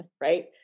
right